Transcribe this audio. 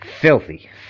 Filthy